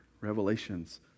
Revelations